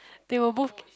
they were both